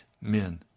men